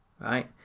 right